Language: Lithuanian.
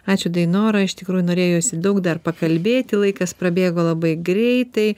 ačiū dainora iš tikrųjų norėjosi daug dar pakalbėti laikas prabėgo labai greitai